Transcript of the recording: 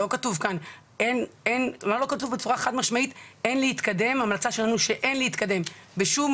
לא כתוב כאן בצורה חד משמעית שההמלצה שלכם היא שאין להתקדם בשום